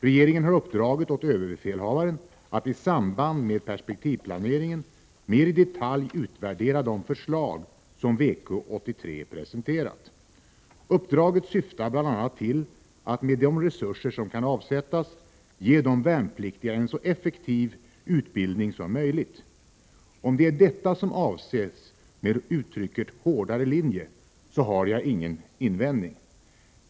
Regeringen har uppdragit åt överbefälhavaren att i samband med perspektivplaneringen mer i detalj utvärdera de förslag som VK-83 presenterat. Uppdraget syftar bl.a. till att - med de resurser som kan avsättas — ge de värnpliktiga en så effektiv utbildning som möjligt. Om det är detta som avses med uttrycket ”hårdare linje”, har jag ingen invändning.